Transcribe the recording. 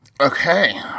Okay